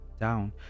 down